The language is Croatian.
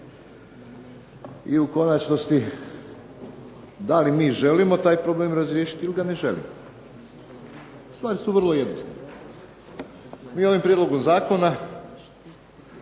I u konačnosti da li želimo taj problem razriješiti ili ga ne želimo? Stvari su vrlo jednostavno. Mi ovim prijedlogom zakona